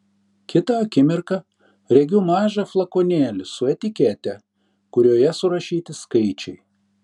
kitą akimirką regiu mažą flakonėlį su etikete kurioje surašyti skaičiai